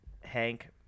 Hank